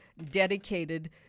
dedicated